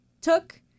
took